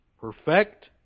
Perfect